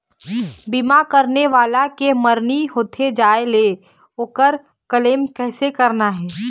बीमा करने वाला के मरनी होथे जाय ले, ओकर क्लेम कैसे करना हे?